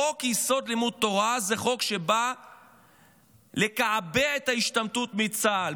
חוק-יסוד: לימוד תורה זה חוק שבא לקבע את ההשתמטות מצה"ל,